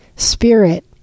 Spirit